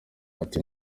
ati